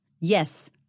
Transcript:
Yes